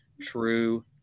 true